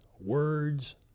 words